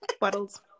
Bottles